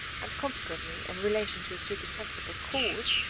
and consequently in relation to a supersensible cause,